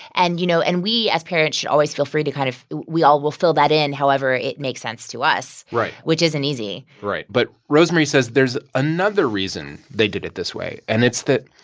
and, you know, and we, as parents, should always feel free to kind of we all will fill that in however it makes sense to us. right. which isn't easy right. but rosemarie says there's another reason they did it this way. and it's that,